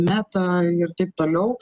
meta ir taip toliau